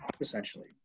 essentially